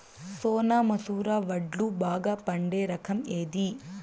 సోనా మసూర వడ్లు బాగా పండే రకం ఏది